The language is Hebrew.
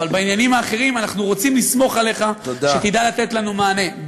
אבל בעניינים האחרים אנחנו רוצים לסמוך עליך שתדע לתת לנו מענה.